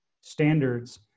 standards